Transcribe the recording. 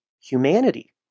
humanity